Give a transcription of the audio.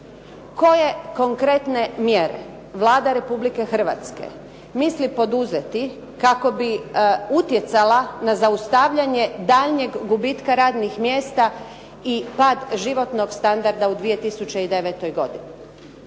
koje konkretne mjere Vlada Republike Hrvatske misli poduzeti kako bi utjecala na zaustavljanje daljnjeg gubitka radnih mjesta i pad životnog standarda u 2009. godini.